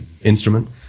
instrument